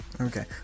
okay